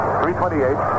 328